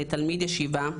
תלמיד ישיבה,